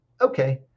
Okay